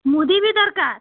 ମୁଦି ବି ଦରକାର୍